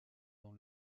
dans